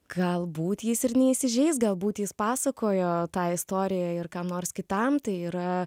galbūt jis ir neįsižeis galbūt jis pasakojo tą istoriją ir kam nors kitam tai yra